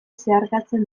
zeharkatzen